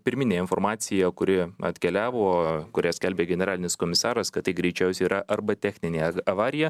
pirminė informacija kuri atkeliavo kurią skelbė generalinis komisaras kad tai greičiausiai yra arba techninė avarija